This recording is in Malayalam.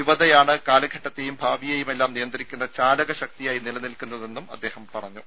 യുവതയാണ് കാലഘട്ടത്തെയും ഭാവിയേയുമെല്ലാം നിയന്ത്രിക്കുന്ന ചാലകശക്തിയായി നിലനിൽക്കുന്നതെന്നും അദ്ദേഹം പറഞ്ഞു